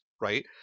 right